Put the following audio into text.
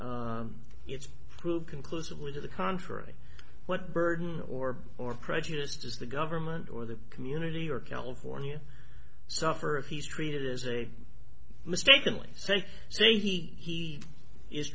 until it's proved conclusively to the contrary what burden or or prejudice does the government or the community or california suffer if he's treated as a mistakenly say so he is